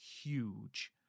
huge